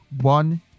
One